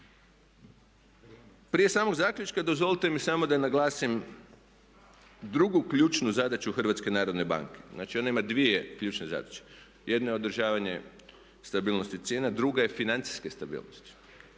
Prije samog zaključka dozvolite mi samo da naglasim drugu ključnu zadaću HNB-a. Znači ona ima dvije ključne zadaće. Jedna je održavanje stabilnosti cijena, druga je financijske stabilnosti.